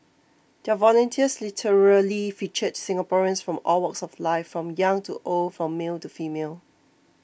their volunteers literally featured Singaporeans from all walks of life from young to old from male to female